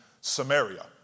Samaria